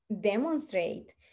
demonstrate